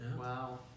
Wow